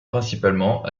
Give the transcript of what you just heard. principalement